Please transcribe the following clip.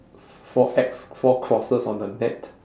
f~ four X four crosses on the net